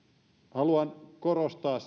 haluan korostaa